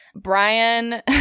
Brian